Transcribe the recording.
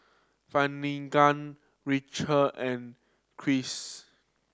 Finnegan Racheal and Cris